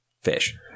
fish